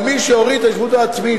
אבל מי שהוריד את ההשתתפות העצמית,